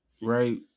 right